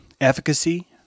efficacy